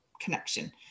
connection